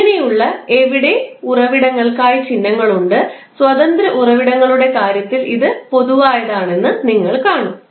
ഇങ്ങനെയുള്ള എവിടെ ഉറവിടങ്ങൾക്കായി ചില ചിഹ്നങ്ങളുണ്ട് സ്വതന്ത്ര ഉറവിടങ്ങളുടെ കാര്യത്തിൽ ഇത് പൊതുവായതാണെന്ന് നിങ്ങൾ കാണും